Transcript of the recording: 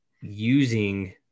using